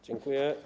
Dziękuję.